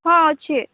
ହଁ ଅଛି